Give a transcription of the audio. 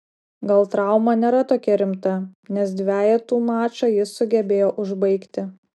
gal trauma nėra tokia rimta nes dvejetų mačą jis sugebėjo užbaigti